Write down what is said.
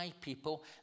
People